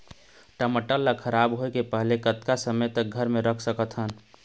टमाटर ला खराब होय के पहले कतका समय तक घर मे रख सकत हन?